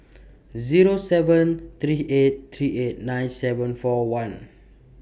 Zero seven three eight three eight nine seven four one